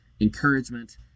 encouragement